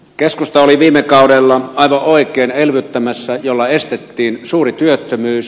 keskusta oli viime kaudella aivan oikein elvyttämässä millä estettiin suuri työttömyys